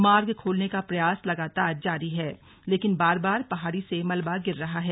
मार्ग खोलने का प्रयास लगातार जारी है लेकिन बार बार पहाड़ी से मलबा गिर रहा है